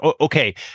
okay